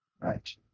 Right